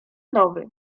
nowy